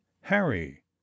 harry